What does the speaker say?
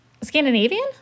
Scandinavian